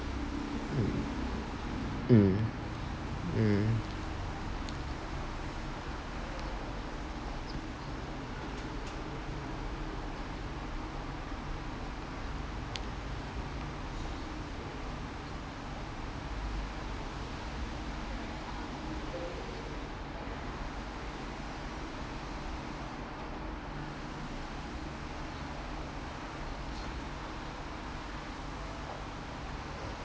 hmm mm